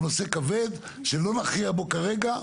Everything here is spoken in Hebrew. הוא נושא כבד שלא נכריע בו כרגע.